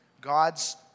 God's